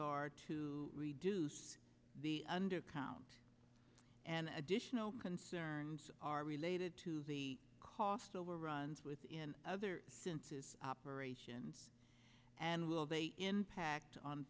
are to reduce the undercount and additional concerns are related to the cost overruns within other senses operations and will they impact on